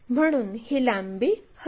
म्हणून ही लांबी हस्तांतरित करू